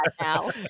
now